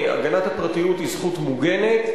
הגנת הפרטיות היא זכות מוגנת,